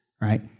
right